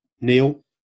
Neil